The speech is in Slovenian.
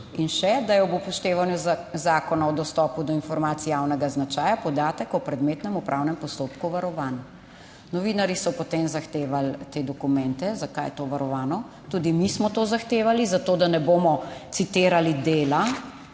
in še, da je ob upoštevanju Zakona o dostopu do informacij javnega značaja podatek o predmetnem upravnem postopku varovan. Novinarji so, potem zahtevali te dokumente zakaj je to varovano? Tudi mi smo to zahtevali, zato da ne bomo citirali Dela.